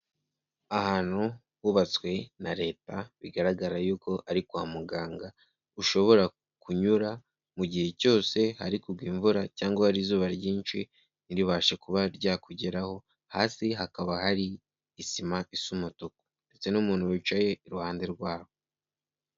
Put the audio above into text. Ahantu hubatswe na leta, bigaragara yuko ari kwa muganga, ushobora kunyura mu gihe cyose hari kugwa imvura, cyangwa hari izuba ryinshi, ntiribashe kuba ryakugeraho, hasi hakaba hari isima isa umutuku ndetse n'umuntu wicaye iruhande rwaho.